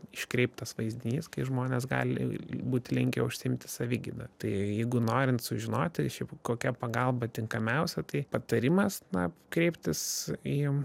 iškreiptas vaizdinys kai žmonės gali būt linkę užsiimti savigyda tai jeigu norint sužinoti šiaip kokia pagalba tinkamiausia tai patarimas na kreiptis jiem